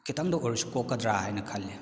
ꯈꯤꯇꯪꯗ ꯑꯣꯏꯔꯁꯨ ꯀꯣꯛꯀꯗ꯭ꯔꯥ ꯍꯥꯏꯅ ꯈꯜꯂꯤ